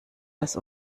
das